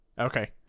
Okay